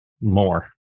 more